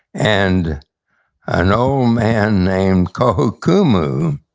and an old man named kohokumu,